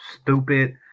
stupid